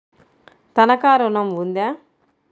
తనఖా ఋణం ఉందా?